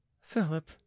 Philip